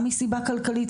גם מסיבה כלכלית.